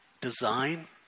design